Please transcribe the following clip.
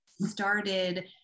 started